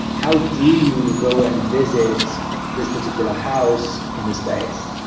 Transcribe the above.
how do you go and visit this particular house in this space?